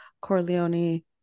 Corleone